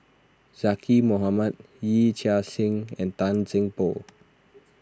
Zaqy Mohamad Yee Chia Hsing and Tan Seng Poh